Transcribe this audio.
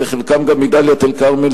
וחלקם גם מדאלית-אל-כרמל,